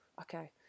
okay